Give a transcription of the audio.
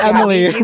Emily